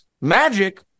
Magic